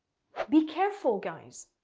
be careful guys.